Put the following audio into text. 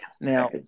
now